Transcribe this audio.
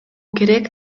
керек